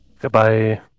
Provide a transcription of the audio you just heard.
Goodbye